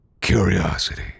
curiosity